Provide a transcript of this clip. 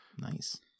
nice